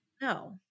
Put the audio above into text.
no